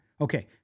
Okay